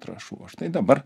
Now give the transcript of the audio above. trąšų o štai dabar